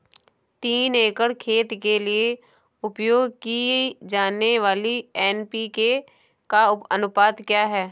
तीन एकड़ खेत के लिए उपयोग की जाने वाली एन.पी.के का अनुपात क्या है?